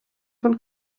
von